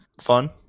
fun